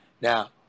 Now